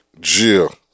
Jill